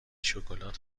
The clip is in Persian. شکلات